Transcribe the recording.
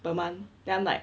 per month then I'm like